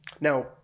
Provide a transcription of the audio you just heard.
Now